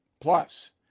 Plus